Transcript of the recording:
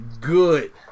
Good